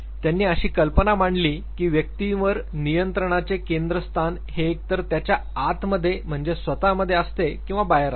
त्यांनी अशी कल्पना मांडली की व्यक्तीवर नियंत्रणाचे केंद्रस्थान हे एक तर त्याच्या आत मध्ये म्हणजे स्वतः मध्ये असते किंवा बाहेर असते